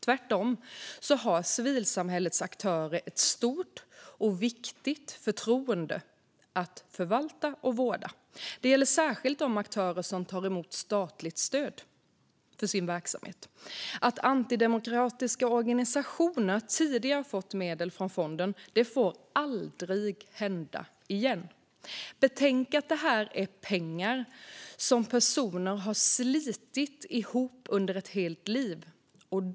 Tvärtom har civilsamhällets aktörer ett stort och viktigt förtroende att förvalta och vårda. Det gäller särskilt de aktörer som tar emot statligt stöd för sina verksamheter. Tidigare har antidemokratiska organisationer fått medel från fonden; det får aldrig hända igen. Betänk att det här är pengar som personer har slitit för att få ihop under ett helt liv.